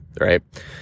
right